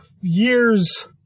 years